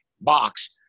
box